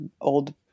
old